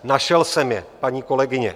Našel jsem je, paní kolegyně.